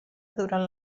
durant